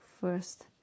first